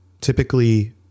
typically